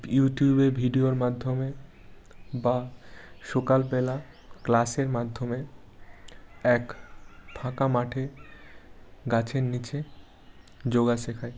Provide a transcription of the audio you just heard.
ইউটিউবে ভিডিওর মাধ্যমে বা সকালবেলা ক্লাসের মাধ্যমে এক ফাঁকা মাঠে গাছের নিচে যোগা শেখায়